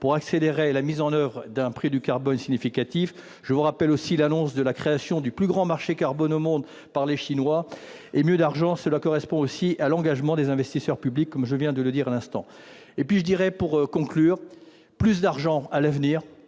pour accélérer la mise en oeuvre d'un prix du carbone significatif. Je vous rappelle aussi l'annonce de la création du plus grand marché carbone au monde par les Chinois. Plus d'argent, cela correspond aussi à l'engagement des investisseurs publics, comme je viens de le mentionner. Pour conclure, il faudra à l'avenir